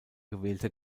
gewählte